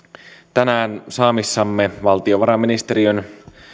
tänään saamissamme valtiovarainministeriön